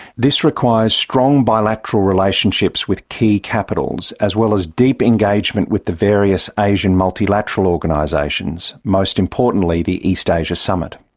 this requires strong bilateral relationships with key capitals as well as deep engagement with the various asian multilateral organisations, most importantly the east asia summit.